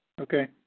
Okay